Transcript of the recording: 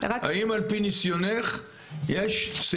אני מבקש לשאול אותך האם על פי ניסיונך יש סעיפים,